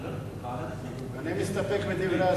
אני מסתפק בדברי השר.